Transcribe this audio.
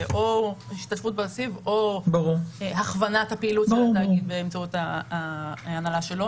זה או השתתפות בתקציב או הכוונת הפעילות של התאגיד באמצעות ההנהלה שלו.